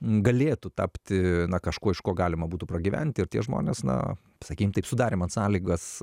galėtų tapti kažkuo iš ko galima būtų pragyventi ir tie žmonės na sakykim taip sudarė man sąlygas